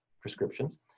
prescriptions